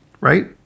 Right